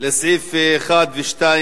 לסעיף 1 ו-2